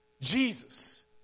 Jesus